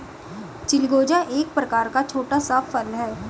चिलगोजा एक प्रकार का छोटा सा फल है